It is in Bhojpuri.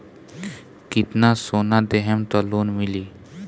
कितना सोना देहम त लोन मिली?